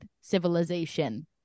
civilization